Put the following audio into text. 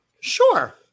Sure